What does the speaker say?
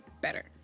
better